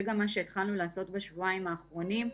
זה גם מה שהתחלנו לעשות בשבועיים האחרונים.